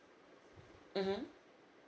mmhmm